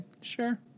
sure